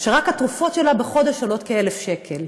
ורק התרופות שלה עולות בחודש כ-1,000 שקל.